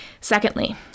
Secondly